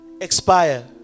Expire